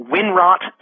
WinRot